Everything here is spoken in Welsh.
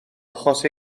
achos